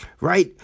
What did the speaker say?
right